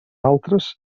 altres